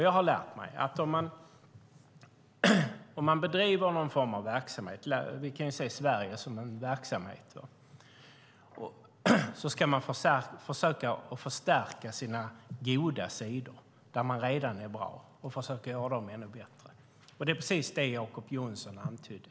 Jag har lärt mig att om man bedriver någon form av verksamhet - och vi kan se Sverige som en verksamhet - ska man försöka att förstärka sina goda sidor där man redan är bra och försöka att göra dem ännu bättre. Det är precis det Jacob Johnson antydde.